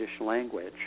language